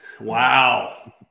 Wow